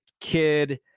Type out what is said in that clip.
kid